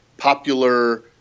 popular